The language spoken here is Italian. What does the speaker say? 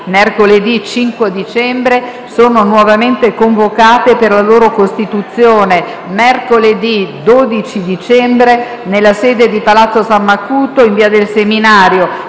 mercoledì 5 dicembre, sono nuovamente convocate, per la loro costituzione, mercoledì 12 dicembre, nella sede di Palazzo San Macuto, in via del Seminario,